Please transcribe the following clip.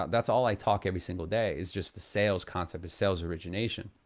that's all i talk every single day, it's just the sales concept of sales origination.